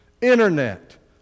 internet